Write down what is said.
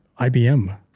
IBM